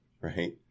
right